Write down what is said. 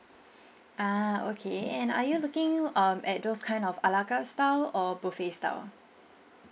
ah okay and are you looking uh at those kind of ala carte style or buffet style